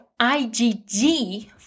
IgG